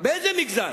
באיזה מגזר?